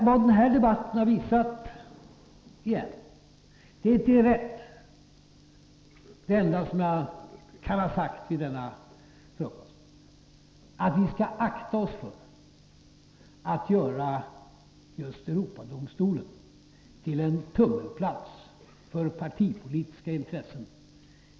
Vad denna debatt åter har visat är att det enda som jag kan ha sagt vid denna frukost är att vi skall akta oss för att göra just Europadomstolen till en tummelplats för partipolitiska intressen.